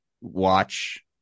watch